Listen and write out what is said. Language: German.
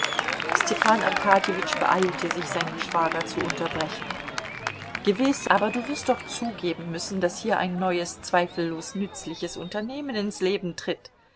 arkadjewitsch beeilte sich seinen schwager zu unterbrechen gewiß aber du wirst doch zugeben müssen daß hier ein neues zweifellos nützliches unternehmen ins leben tritt